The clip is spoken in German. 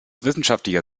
wissenschaftlicher